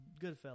Goodfellas